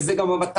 וזו גם המטרה,